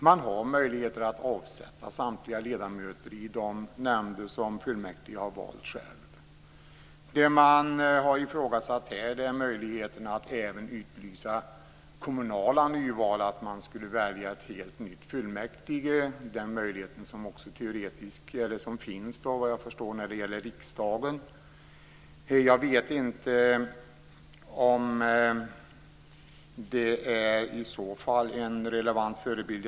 Man har möjligheter att avsätta samtliga ledamöter i de nämnder som kommunfullmäktige självt har valt. Det man har ifrågasatt här är möjligheten att även utlysa kommunala nyval, att man skulle välja ett helt nytt fullmäktige, den möjlighet som finns vad gäller riksdagen. Jag vet inte om det i så fall är en relevant förebild.